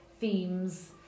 themes